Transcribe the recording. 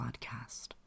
podcast